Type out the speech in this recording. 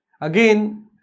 Again